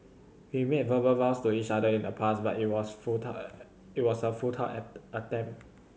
we made verbal vows to each other in the past but it was a futile it was a futile app attempt